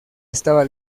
estaba